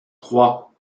trois